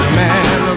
man